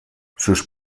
sus